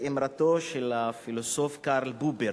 את אמרתו של הפילוסוף קרל פופר,